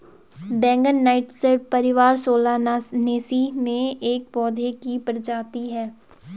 बैंगन नाइटशेड परिवार सोलानेसी में एक पौधे की प्रजाति है